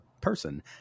person